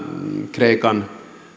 kreikan